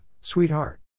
sweetheart